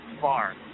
far